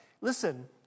Listen